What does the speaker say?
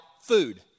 food